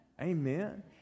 Amen